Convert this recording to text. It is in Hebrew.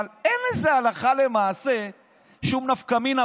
אבל אין לזה הלכה למעשה שום נפקא מינה